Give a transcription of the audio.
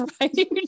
right